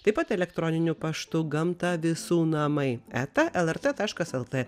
taip pat elektroniniu paštu gamta visų namai eta lrt taškas lt